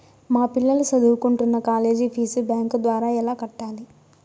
మా పిల్లలు సదువుకుంటున్న కాలేజీ ఫీజు బ్యాంకు ద్వారా ఎలా కట్టాలి?